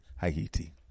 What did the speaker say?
Haiti